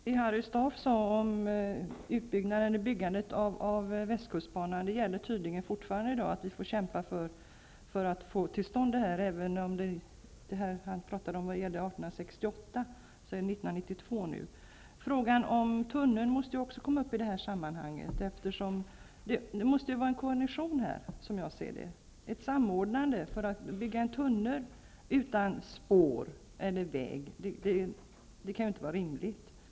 Fru talman! Det Harry Staaf sade när det gällde byggandet och utbyggnaden av västkustbanan gäller tydligen fortfarande i dag. Vi får kämpa för att få till stånd en utbyggnad, även om det han här talade om gällde 1868 och det nu är 1992. Frågan om tunneln måste också komma upp i detta sammanhang. Det måste som jag ser det ske en samordning. Att bygga en tunnel utan att bygga spår eller väg kan inte vara rimligt.